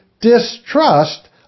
distrust